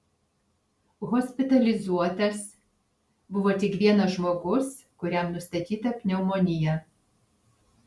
hospitalizuotas buvo tik vienas žmogus kuriam nustatyta pneumonija